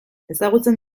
ezagutzen